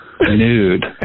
nude